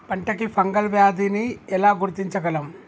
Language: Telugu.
పంట కి ఫంగల్ వ్యాధి ని ఎలా గుర్తించగలం?